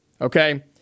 okay